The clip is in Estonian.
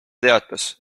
teatas